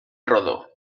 rodó